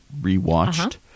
rewatched